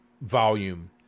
volume